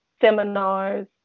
seminars